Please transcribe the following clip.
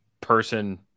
person